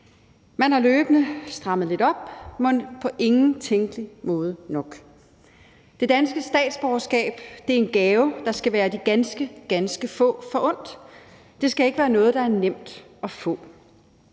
Man har løbende strammet lidt op, men på ingen tænkelig måde nok. Det danske statsborgerskab er en gave, der skal være de ganske, ganske få forundt. Det skal ikke være noget, der er nemt at få.